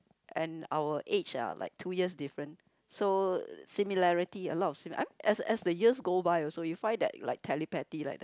and our age are like two years different so similarity a lot of similarity I mean as the years go by also you find that like telepathy like that